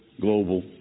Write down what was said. global